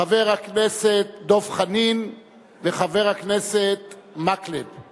חבר הכנסת דב חנין וחבר הכנסת אורי מקלב.